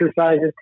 exercises